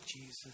Jesus